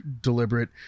deliberate